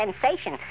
sensation